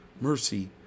mercy